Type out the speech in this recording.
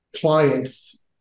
clients